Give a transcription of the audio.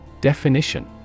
Definition